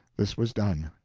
this was done.